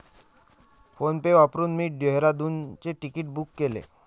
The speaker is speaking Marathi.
फोनपे वापरून मी डेहराडूनचे तिकीट बुक केले